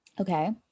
okay